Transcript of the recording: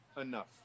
enough